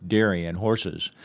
dairy and horses.